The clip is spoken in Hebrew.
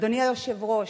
אדוני היושב-ראש,